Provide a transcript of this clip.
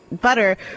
butter